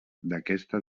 d’aquesta